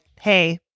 hey